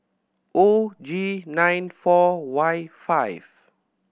O G nine four Y five